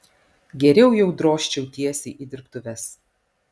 geriau jau drožčiau tiesiai į dirbtuves